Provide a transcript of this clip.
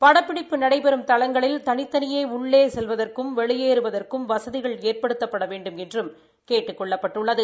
படப்படிப்பு நடைபெறும் தளங்களில் தளித்தளியே உள்ளே செல்வதற்கும் வெளியேறுவதற்கும் வசதிகள் ஏற்படுத்தப்பட வேண்டுமென்றும் கேட்டுக் கொள்ளப்பட்டுள்ளது